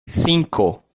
cinco